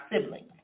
siblings